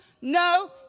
No